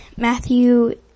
Matthew